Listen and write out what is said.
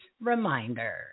reminder